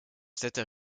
zitten